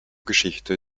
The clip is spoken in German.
geschichte